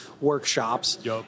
workshops